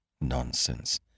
Nonsense